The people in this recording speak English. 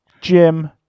Jim